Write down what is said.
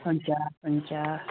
हुन्छ हुन्छ